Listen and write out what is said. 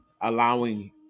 allowing